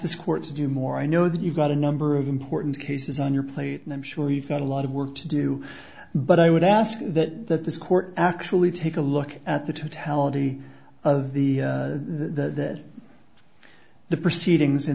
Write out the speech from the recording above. this court to do more i know that you've got a number of important cases on your plate and i'm sure we've got a lot of work to do but i would ask that this court actually take a look at the totality of the the the proceedings in